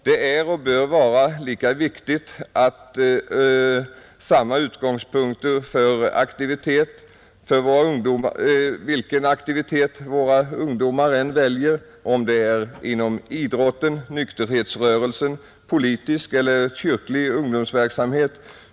Det är och bör vara lika viktigt vilken aktivitet våra ungdomar än väljer — inom idrotten eller nykterhetsrörelsen, inom politisk eller kyrklig ungdomsverksamhet.